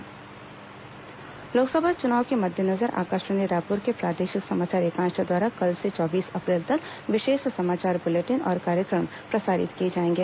लोकसभा चुनाव विशेष बुलेटिन लोकसभा चुनाव के मद्देनजर आकाशवाणी रायपुर के प्रादेशिक समाचार एकांश द्वारा कल से चौबीस अप्रैल तक विशेष समाचार बुलेटिन और कार्यक्रम प्रसारित किए जाएंगे